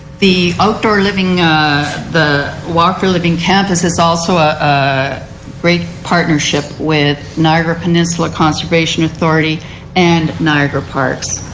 the outdoor living the walk for living campus is also a ah great partnership with niagra peninsula conservation authority and niagra parks.